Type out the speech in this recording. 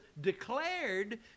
declared